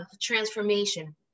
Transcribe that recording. transformation